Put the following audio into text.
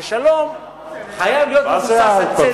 ששלום חייב להיות מבוסס על צדק.